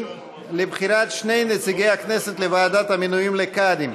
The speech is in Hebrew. לבחירת שני נציגי הכנסת לוועדת המינויים לקאדים: